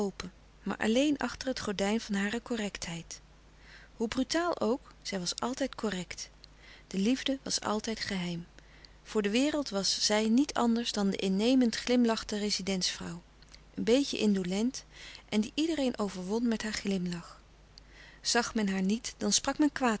maar alleen achter het gordijn van hare correctheid hoe brutaal ook zij was altijd correct de liefde was altijd geheim voor de wereld was zij niet anders dan de innemend glimlachende rezidentsvrouw een beetje indolent en die iedereen overwon met haar glimlach zag men haar niet dan sprak men